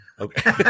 Okay